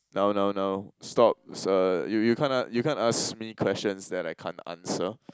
no no no stop it's a you you can't you can't ask me questions that I can't answer